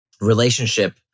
relationship